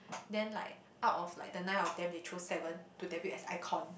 then like out of like the nine of them they choose seven to debut as iKon